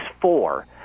four